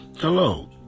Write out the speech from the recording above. Hello